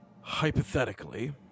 hypothetically